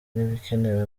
n’ibikenewe